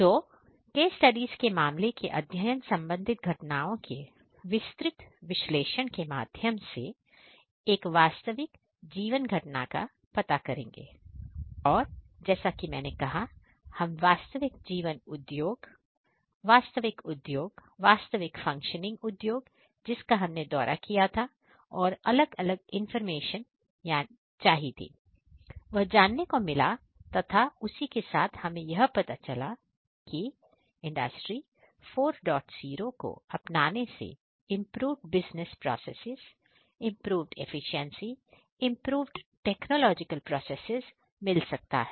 तो case studies के मामले के अध्ययन संबंधित घटनाओं के विस्तृत विश्लेषण के माध्यम से एक वास्तविक जीवन घटना का पता करेंगे और जैसा कि मैंने कहा हम वास्तविक जीवन उद्योग वास्तविक उद्योग वास्तविक फंक्शनिंग उद्योग जिसका हमने दौर किया था और अलग अलग इंफॉर्मेशन जानी थी वह जानने को मिला तथा उसी के साथ हमें यह पता चला कि इंडस्ट्री 40 को अपनाने से इंप्रूव बिजनेस प्रोसेस मिल सकता है